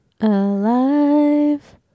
Alive